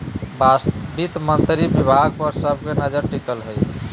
वित्त मंत्री विभाग पर सब के नजर टिकल हइ